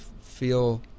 feel